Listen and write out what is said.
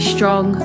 Strong